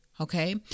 okay